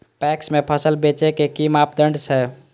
PACS में फसल बेचे के कि मापदंड छै?